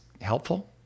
helpful